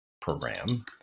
program